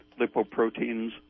lipoproteins